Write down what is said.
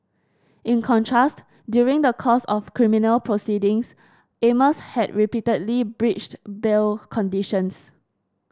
in contrast during the course of criminal proceedings Amos had repeatedly breached bail conditions